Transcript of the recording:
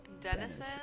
Denison